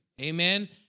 Amen